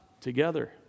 together